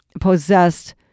possessed